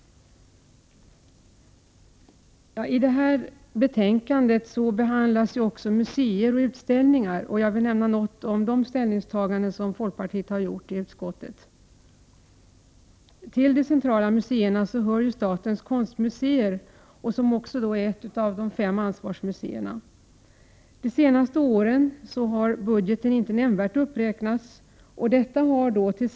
I detta betänkande behandlas också frågor om museer och utställningar. Jag vill nämna något om de ställningstaganden som folkpartiet har gjort i utskottet. Till de centrala museerna hör statens konstmuseer, som också är ett av våra fem ansvarsmuseer. Budgeten har inte nämnvärt uppräknats under de senaste åren.